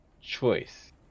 choice